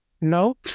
No